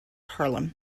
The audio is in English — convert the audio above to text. harlem